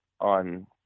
on